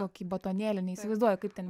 kokį batonėlį neįsivaizduoju kaip ten